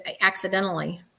accidentally